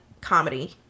comedy